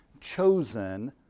chosen